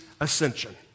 ascension